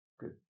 Good